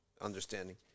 understanding